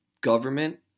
government